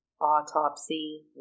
autopsy